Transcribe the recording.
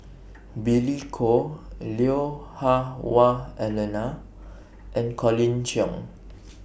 Billy Koh Lui Hah Wah Elena and Colin Cheong